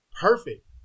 perfect